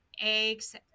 eggs